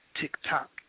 Tick-tock